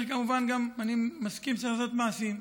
כמובן אני מסכים שצריך לעשות מעשים.